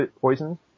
poison